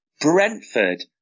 Brentford